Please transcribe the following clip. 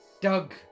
Doug